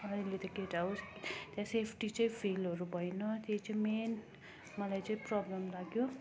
अहिले त केटो होस् त्यहाँ सेफ्टी चाहिँ फिलहरू भएन त्यो चाहिँ मेन मलाई चाहिँ प्रबलम लाग्यो